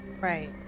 Right